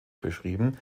beschrieben